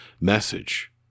message